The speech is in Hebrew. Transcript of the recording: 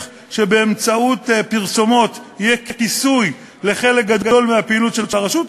שבאמצעות פרסומות יהיה כיסוי לחלק גדול מהפעילות של הרשות.